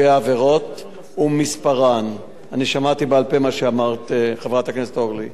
אני שמעתי בעל-פה מה שאמרת חברת הכנסת אורלי,